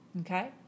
Okay